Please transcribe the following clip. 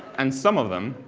and some of them,